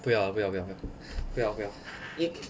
不要不要不要不要不要不要不要